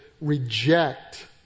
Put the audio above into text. reject